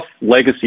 legacy